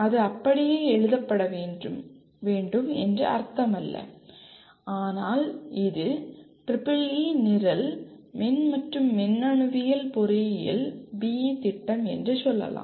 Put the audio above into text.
அது அப்படியே எழுதப்பட வேண்டும் என்று அர்த்தமல்ல ஆனால் இது EEE நிரல் மின் மற்றும் மின்னணுவியல் பொறியியல் BE திட்டம் என்று சொல்லலாம்